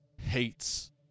hates